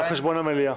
על חשבון המליאה.